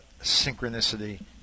synchronicity